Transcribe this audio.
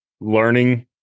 learning